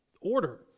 order